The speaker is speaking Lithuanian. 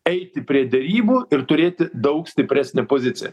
eiti prie derybų ir turėti daug stipresnę poziciją